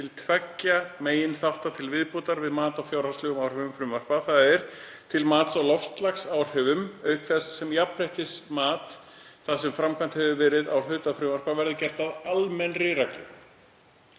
til tveggja meginþátta til viðbótar við mat á fjárhagslegum áhrifum frumvarpa, þ.e. til mats á loftslagsáhrifum auk þess sem jafnréttismat það sem framkvæmt hefur verið á hluta frumvarpa verði gert að almennri reglu.